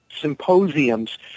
symposiums